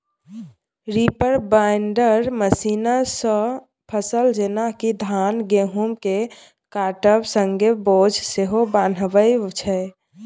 reaper binder मशीनसँ फसल जेना कि धान गहुँमकेँ काटब संगे बोझ सेहो बन्हाबै छै